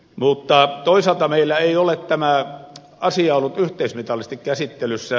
mutta toisaalta meillä ei ole tämä asia ollut yhteismitallisesti käsittelyssä